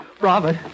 Robert